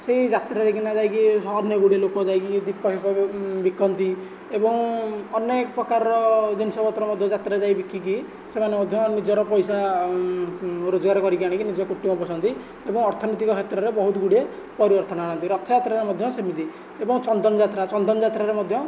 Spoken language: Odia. ସେଇ ଯାତ୍ରାରେ କିନା ଯାଇକି ଅନେକ ଗୁଡ଼ିଏ ଲୋକ ଯାଇକି ଦୀପ ଫିପ ବିକନ୍ତି ଏବଂ ଅନେକ ପ୍ରକାରର ଜିନିଷ ପତ୍ର ମଧ୍ୟ ଯାତ୍ରାରେ ଯାଇକି ବିକିକି ସେମାନେ ମଧ୍ୟ ନିଜର ପଇସା ରୋଜଗାର କରିକି ଆଣିକି ନିଜ କୁଟୁମ୍ବ ପୋଷନ୍ତି ଏବଂ ଅର୍ଥନୈତିକ କ୍ଷେତ୍ରରେ ବହୁତ ଗୁଡ଼ିଏ ପରିବର୍ତ୍ତନ ଆଣନ୍ତି ରଥଯାତ୍ରାରେ ମଧ୍ୟ ସେମିତି ଏବଂ ଚନ୍ଦନ ଯାତ୍ରା ଚନ୍ଦନ ଯାତ୍ରାରେ ମଧ୍ୟ